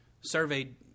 surveyed